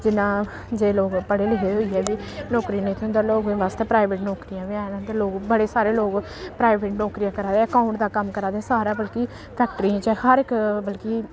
जिन्ना जे लोग पढ़े लिखे होइयै बी नौकरी नेईं थ्होन तां लोकें बास्तै प्राइवेट नौकरियां बी हैन ते लोक बड़े सारे लोक प्राइवेट नौकरियां करा दे अकाऊंट दा कम्म करा दे सारा बल्कि फैक्ट्रियें च हर इक बल्कि